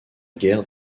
guerre